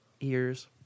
Ears